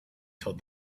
told